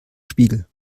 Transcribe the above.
spiegel